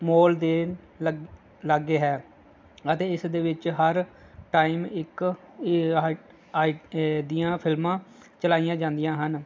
mall ਦੇ ਲਾਗੇ ਲਾਗੇ ਹੈ ਅਤੇ ਇਸ ਦੇ ਵਿੱਚ ਹਰ ਟਾਈਮ ਇੱਕ ਏ ਆਏ ਆਏ ਏ ਦੀਆਂ ਫ਼ਿਲਮਾਂ ਚਲਾਈਆਂ ਜਾਂਦੀਆਂ ਹਨ